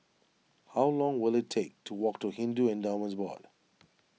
how long will it take to walk to Hindu Endowments Board